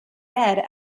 bed